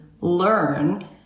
learn